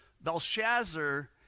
Belshazzar